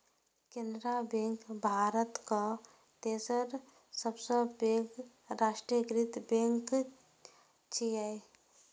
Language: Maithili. केनरा बैंक भारतक तेसर सबसं पैघ राष्ट्रीयकृत बैंक छियै